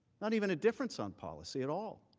not even a difference on policy at all.